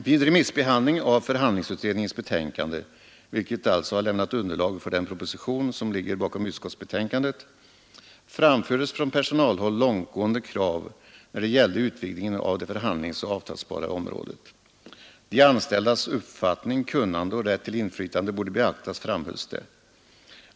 Vid remissbehandlingen av förhandlingsutredningens betänkande, vilket alltså har lämnat underlaget för den proposition som ligger bakom utskottsbetänkandet, framfördes från personalhåll långtgående krav när det gällde utvidgningen av det förhandlingsoch avtalsbara området. De anställdas uppfattning, kunnande och rätt till inflytande borde beaktas, framhölls det.